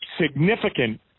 significant